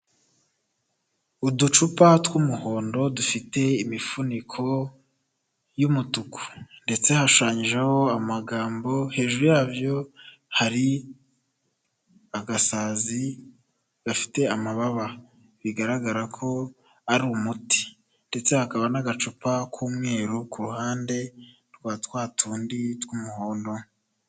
Uducupa tw'umuhondo dufite imifuniko y'umutuku ndetse hashushanyijeho amagambo, hejuru yabyo hari agasazi gafite amababa bigaragara ko ari umuti, ndetse hakaba n'agacupa k'umweru ku ruhande rwa twa tundi tw'umuhondo.